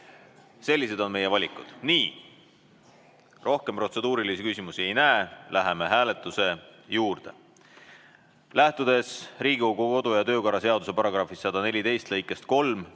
Sellised on meie valikud. Nii. Rohkem protseduurilisi küsimusi ma ei näe. Läheme hääletuse juurde. Lähtudes Riigikogu kodu- ja töökorra seaduse § 114 lõikest 3,